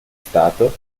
stato